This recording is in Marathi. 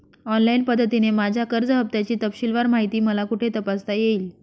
ऑनलाईन पद्धतीने माझ्या कर्ज हफ्त्याची तपशीलवार माहिती मला कुठे तपासता येईल?